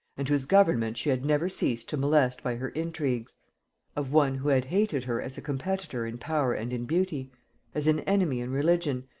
and whose government she had never ceased to molest by her intrigues of one who had hated her as a competitor in power and in beauty as an enemy in religion,